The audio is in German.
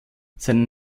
seinen